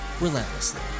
relentlessly